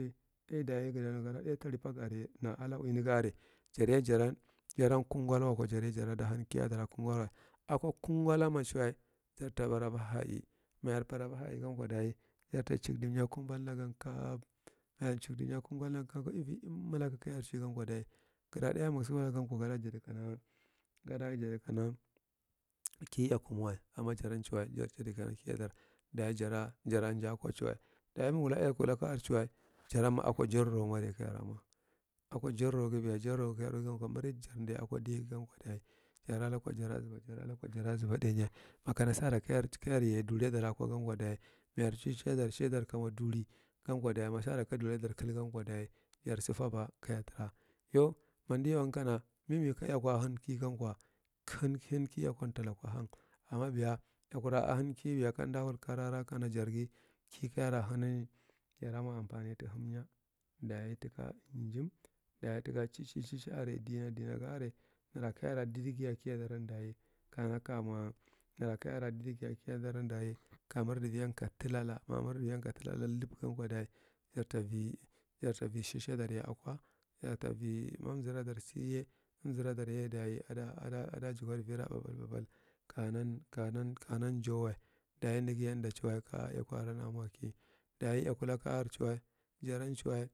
Dai dayi gadanu kana dai talipak arye na alauini ga are, jarya jaran, jaran kungalwakwo jarye jaranda han kiyadar akwa kungawa. Akwa kungallanma cuwa, jarta baraba hai, mayar baraba hai gankwa dayi jartamcibdi munya kungaldan kamwa imi malaak kayasigankwa dayi gara ɗai magsa wulangankwa gada jad kana, gadajadi kana mth ki eya kumawa. Amma jaran cuwa, jar jadi kana kiyadar. Dayi jara, jara njai akwa cuwa dayi magwula eyakulaka ar cuwa, jaranma akwa jororo ngwde kayaramwa. Akwa jarorogi biya jaroro, jaroro jorogankwa major candi akwa adaigankwa dayi, jara lukwa, jara zaba, jara lukwa jara zaba ɗainya makana sara kayar ta kayar duliadar akwagankwa dayi mashishadar shadar kamwa duligankwa dayi masara ka duli adur kalgankwa duli jarsa fabwa kayar tara yo, mamda young kana, mimi ka euaku a hankigankwa i han, han ki eyakunta laku hang. Amma biya eyakura a han ki biya kamda wul karara kana jargi, ki kayara lanani, jaramwa ampane ta hamnya alayi taka amjin, dayi ttaka cici shishi are, dina dinaga are nara kayara ɗadigi a kiyadaran dayi kana kamwa, nara kayara dadigi a kiyadaran dayi ka mardi iv iyan ka talala. Mamardiviyan ka talala lubgankwa dayi jarta vi, jartavi shishidarye akwa. Jartavi ma amzaradar siye, amzaradarya dauji ada, ada, ada jugwar a ɓaɓae, ɓaɓalkanan, kanan, kanan jauwa. Dayi nagi yanda cuwa ka eyaku aran amwaki. Dayi eyakulaka ar cuwa, jaran cuwa.